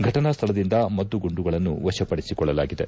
ಘಟನಾ ಸ್ವಳದಿಂದ ಮದ್ದು ಗುಂಡುಗಳನ್ನು ವಶಪಡಿಸಿಕೊಳ್ಳಲಾಗಿದೆ